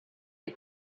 est